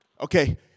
Okay